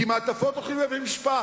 כי על מעטפות הולכים לבית-המשפט.